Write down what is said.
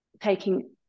taking